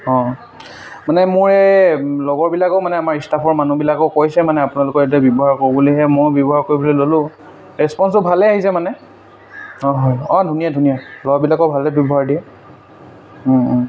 অঁ মানে মোৰ এই লগৰবিলাকো মানে আমাৰ ষ্টাফৰ মানুহবিলাকো কৈছে মানে আপোনালোকৰ এপটোকে ব্যৱহাৰ কৰোঁ বুলি সেয়ে মই ব্যৱহাৰ কৰিবলৈ ললোঁ ৰেছপন্সটো ভালে আহিছে মানে অঁ হয় অঁ ধুনীয়া ধুনীয়া ল'ৰাবিলাকো ভালে ব্যৱহাৰ দিয়ে